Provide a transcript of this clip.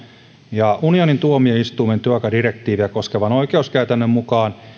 ja unionin tuomioistuimen työaikadirektiiviä koskevan oikeuskäytännön mukaan